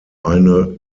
eine